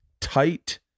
tight